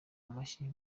amashyi